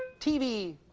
tv.